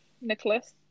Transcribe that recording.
Nicholas